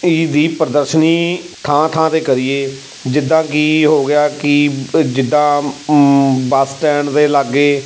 ਇਹਦੀ ਪ੍ਰਦਰਸ਼ਨੀ ਥਾਂ ਥਾਂ 'ਤੇ ਕਰੀਏ ਜਿੱਦਾਂ ਕਿ ਹੋ ਗਿਆ ਕਿ ਜਿੱਦਾਂ ਬੱਸ ਸਟੈਂਡ ਦੇ ਲਾਗੇ